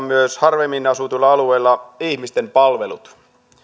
myös harvemmin asutuilla alueilla ihmisten palvelut